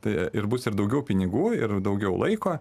taip ir bus ir daugiau pinigų ir daugiau laiko